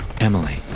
Emily